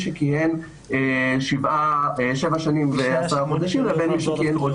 שכיהן שבע שנים ועשרה חודשים לבין מי שכיהן עוד